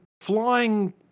flying